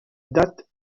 date